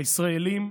הישראלים,